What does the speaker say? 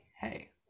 hey